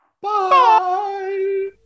Bye